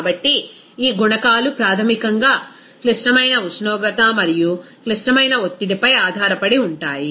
కాబట్టి ఈ గుణకాలు ప్రాథమికంగా క్లిష్టమైన ఉష్ణోగ్రత మరియు క్లిష్టమైన ఒత్తిడిపై ఆధారపడి ఉంటాయి